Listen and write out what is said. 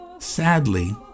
Sadly